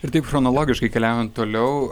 ir taip chronologiškai keliaujant toliau